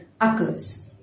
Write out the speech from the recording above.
occurs